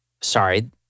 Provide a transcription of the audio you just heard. sorry